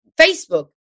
Facebook